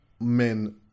men